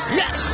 yes